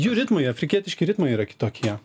jų ritmai afrikietiški ritmai yra kitokie